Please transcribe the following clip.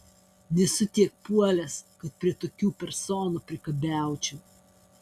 nesu tiek puolęs kad prie tokių personų priekabiaučiau